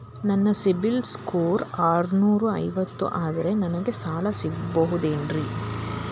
ನನ್ನ ಸಿಬಿಲ್ ಸ್ಕೋರ್ ಆರನೂರ ಐವತ್ತು ಅದರೇ ನನಗೆ ಸಾಲ ಸಿಗಬಹುದೇನ್ರಿ?